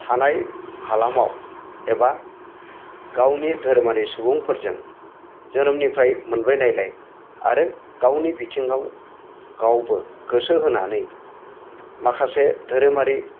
थानाय हालामाव एबा गावनि धोरोमारि सुबुंफोरजों जोनोमनिफ्राय मोनबोनायलाय आरो गावनि बिथिङाव गावबो गोसो होनानै माखासे धोरोमारि